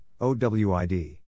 OWID